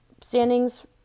standings